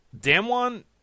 Damwon